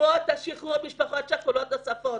בעקבות השחרור משפחות שכולות נוספות?